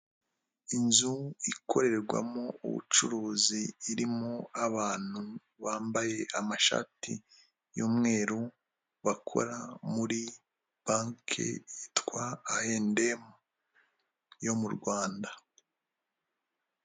Inzu ikorerwamo ubucuruzi, irimo abantu bambaye amashati y'umweru bakora muri banki yitwa I&M yo mu Rwanda.